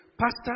Pastor